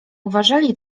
uważali